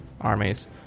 armies